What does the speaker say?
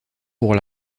pour